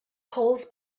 calls